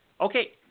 okay